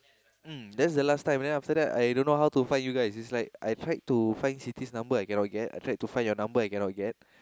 mm that's the last time then after that I dunno how to find you guys it's like I tried to find Siti's number I cannot get I tried to find your number I cannot get